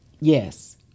Yes